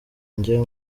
njya